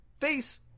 face